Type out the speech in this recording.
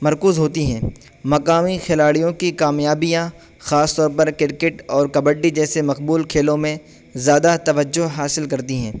مرکوز ہوتی ہیں مقامی کھلاڑیوں کی کامیابیاں خاص طور پر کرکٹ اور کبڈی جیسے مقبول کھیلوں میں زیادہ توجہ حاصل کرتی ہیں